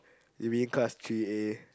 is it cut three A